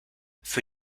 für